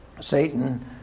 satan